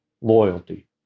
loyalty